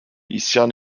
isyan